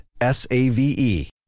S-A-V-E